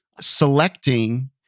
selecting